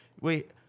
Wait